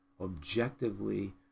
objectively